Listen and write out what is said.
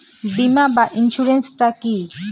বিমা বা ইন্সুরেন্স টা কি?